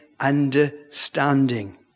understanding